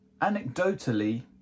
anecdotally